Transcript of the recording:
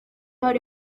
hari